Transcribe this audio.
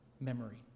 memory